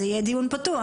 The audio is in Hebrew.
זה יהיה דיון פתוח.